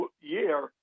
year